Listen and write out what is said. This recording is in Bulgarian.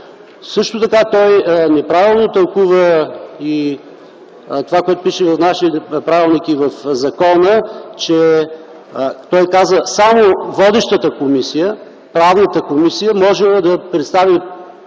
Също така той неправилно тълкува и това, което пише в нашия правилник и в закона, като казва, че само водещата комисия – Правната комисия, можела да представи